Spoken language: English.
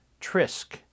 Trisk